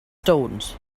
stones